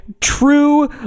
true